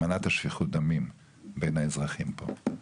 מנעת שפיכות דמים בין האזרחים פה.